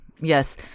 Yes